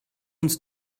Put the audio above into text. uns